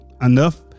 enough